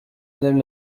madame